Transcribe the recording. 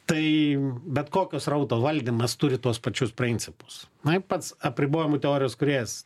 tai bet kokio srauto valdymas turi tuos pačius principus na ir pats apribojimų teorijos kūrėjas